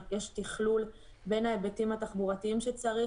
יש תכלול בין ההיבטים התחבורתיים שצריך